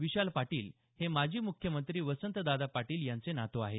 विशाल पाटील हे माजी मुख्यमंत्री वसंतदादा पाटील यांचे नातू आहेत